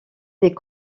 des